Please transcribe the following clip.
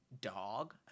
dog